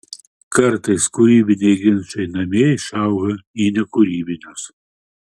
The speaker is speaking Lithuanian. kartais kūrybiniai ginčai namie išauga į nekūrybinius